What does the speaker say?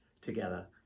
together